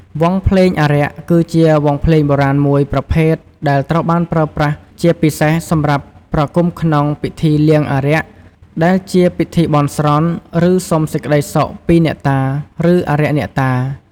វង់ភ្លេងអារក្ស គឺជាវង់ភ្លេងបុរាណមួយប្រភេទដែលត្រូវបានប្រើប្រាស់ជាពិសេសសម្រាប់ប្រគំក្នុង ពិធីលៀងអារក្ស ដែលជាពិធីបន់ស្រន់ ឬសុំសេចក្ដីសុខពីអ្នកតា ឬអារក្សអ្នកតា។